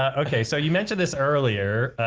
ah okay. so you mentioned this earlier,